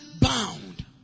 bound